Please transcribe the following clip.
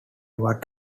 what